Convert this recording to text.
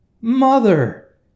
mother